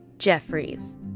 Jeffries